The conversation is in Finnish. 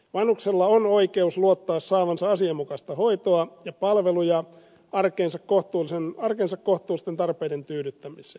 vanhuksella on oikeus luottaa saavansa asianmukaista hoitoa ja palveluja arkensa kohtuullisten tarpeiden tyydyttämiseen